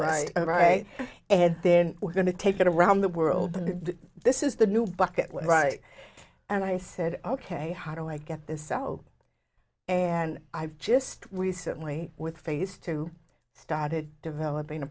right right and then we're going to take it around the world and this is the new bucket right and i said ok how do i get this out and i've just recently with phase two started developing a